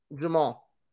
jamal